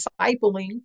discipling